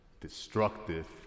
destructive